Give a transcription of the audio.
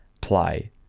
play